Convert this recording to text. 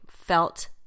felt